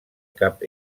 cap